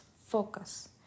focus